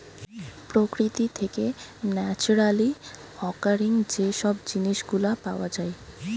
প্রকৃতি থেকে naturally occurring যে সব জিনিস গুলা পাওয়া যায়